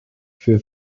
für